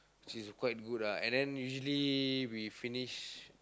which is quite good ah and then usually we finish